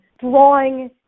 drawing